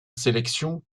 sélection